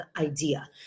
idea